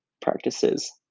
practices